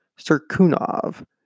Sirkunov